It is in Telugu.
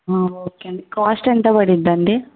ఓకే అండి కాస్ట్ ఎంత పడుతుందండి